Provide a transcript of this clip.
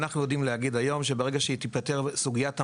אנחנו יודעים להגיד היום שברגע שתיפתר סוגיית המורים,